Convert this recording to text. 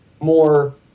more